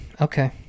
Okay